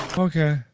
okay.